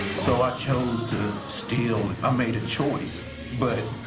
so i chose to steal. i made a choice but,